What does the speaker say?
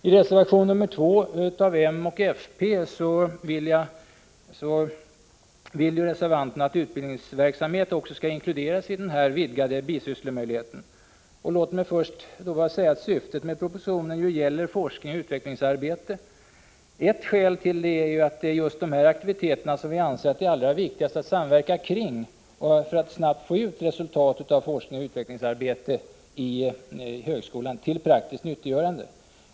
I reservation nr 2 av m och fp vill reservanterna att utbildningsverksamhet också skall inkluderas i den vidgade bisysslemöjligheten. Låt mig då först bara säga att propositionen gäller forskning och utvecklingsarbete. Ett skäl till det är, att det är just de här aktiviteterna som vi anser att det är allra viktigast att samverka kring, för att snabbt få ut resultat av forskning och utvecklingsarbete i högskolan till praktiskt nyttiggörande.